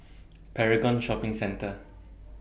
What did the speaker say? Paragon Shopping Centre